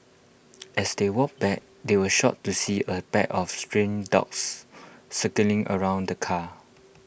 as they walked back they were shocked to see A pack of stray dogs circling around the car